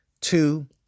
Two